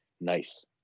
nice